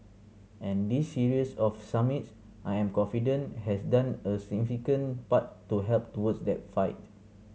and this series of summits I am confident has done a significant part to help towards that fight